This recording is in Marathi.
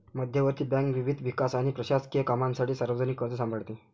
मध्यवर्ती बँक विविध विकास आणि प्रशासकीय कामांसाठी सार्वजनिक कर्ज सांभाळते